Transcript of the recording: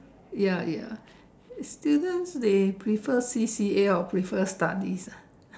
ya ya students prefer C_C_A or they prefer studies ah